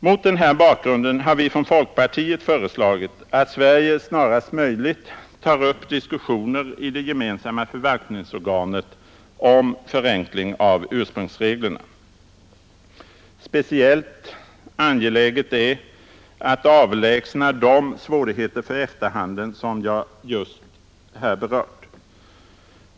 Mot den här bakgrunden har vi från folkpartiet föreslagit att Sverige snarast möjligt upptar diskussioner i det gemensamma förvaltningsorganet om förenkling av ursprungsreglerna. Speciellt angeläget är att avlägsna de svårigheter för EFTA-handeln som jag just berört.